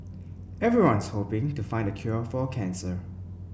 everyone's hoping to find the cure for cancer